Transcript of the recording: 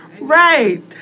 Right